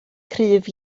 cryf